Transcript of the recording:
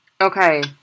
Okay